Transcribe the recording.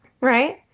right